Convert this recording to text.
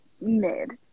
mid